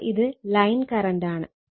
അപ്പോൾ ഇത് line current ആണ്